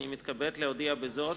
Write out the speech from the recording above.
אני מתכבד להודיע בזאת,